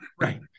Right